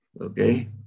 Okay